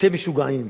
אתם משוגעים.